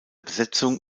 besetzung